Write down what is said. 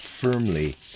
firmly